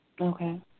Okay